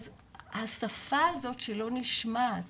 אז השפה הזאת שלא נשמעת,